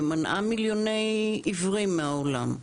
ומנעה מיליוני עיוורים מהעולם.